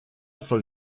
soll